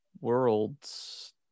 worlds